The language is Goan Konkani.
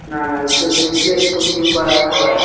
ना ना इतलें सगळीं इतलें एक कमी दिवपा जायना बाय